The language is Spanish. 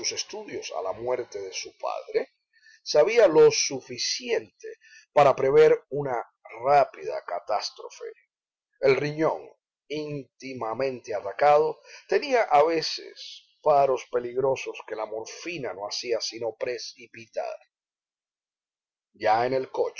estudios a la muerte de su padre sabía lo suficiente para prever una rápida catástrofe el riñon íntimamente atacado tenía a veces paros peligrosos que la morfina no hacía sino precipitar ya en el